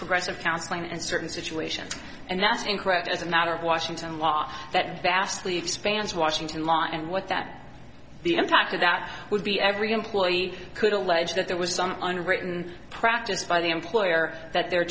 progressive counseling and certain situations and that's incorrect as a matter of washington law that vastly expanded washington law and what that the impact of that would be every employee could allege that there was some unwritten practice by the employer that the